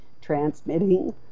transmitting